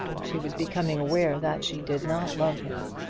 she was becoming aware that she did not love him.